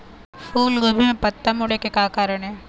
फूलगोभी म पत्ता मुड़े के का कारण ये?